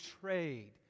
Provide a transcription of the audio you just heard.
trade